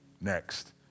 Next